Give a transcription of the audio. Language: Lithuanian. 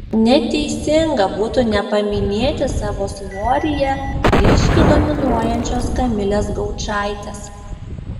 neteisinga būtų nepaminėti savo svoryje ryškiai dominuojančios kamilės gaučaitės